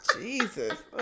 Jesus